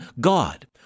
God